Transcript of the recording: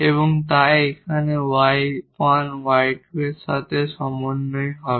এবং তাই এখানে y1 𝑦2 এর সাথে এই সমন্বয় হবে